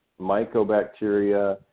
mycobacteria